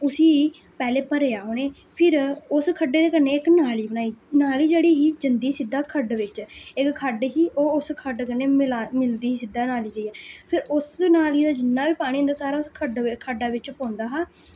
उस्सी पैह्ले भरेआ उ'नें फिर उस खड्डे दे कन्नै इक नाली बनाई नाली जेह्ड़ी ही जंदी सीधा खड्ड बिच्च इक खड्ड ही ओह् उस खड्ड कन्नै मिलदी ही सीधै नाली जाइयै फिर उस नाली दा जिन्ना बी पानी होंदा हा सारा उस खड्डा बिच्च पौंदा हा